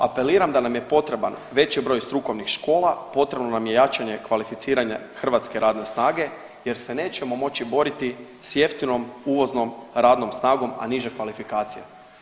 Apeliram da nam je potreban veći broj strukovnih škola, potrebno nam je jačanje kvalificiranja hrvatske radne snage jer se nećemo moći boriti s jeftinom uvoznom ravnom snagom, a niže kvalifikacije.